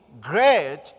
Great